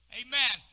amen